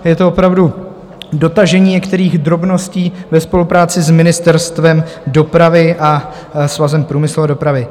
Je to dotažení některých drobností ve spolupráci s Ministerstvem dopravy a Svazem průmyslu a dopravy.